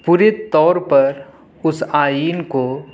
پوری طور پر اس آئین کو